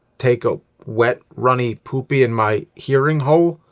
take a wet, runny, poopy in my. hearing hole?